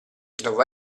dopo